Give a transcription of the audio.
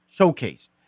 showcased